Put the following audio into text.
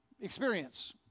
experience